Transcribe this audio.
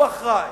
הוא אחראי,